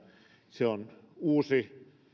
se on uusi